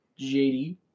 JD